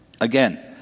Again